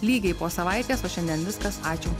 lygiai po savaitės o šiandien viskas ačiū